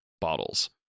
bottles